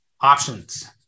options